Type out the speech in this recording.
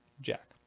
Jack